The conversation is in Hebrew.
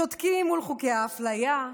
שותקים מול חוקי האפליה,